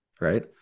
Right